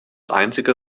einzige